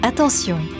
Attention